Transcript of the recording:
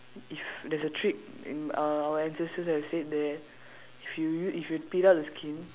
if there's a trick in uh our ancestors have said that if you if you peel out the skin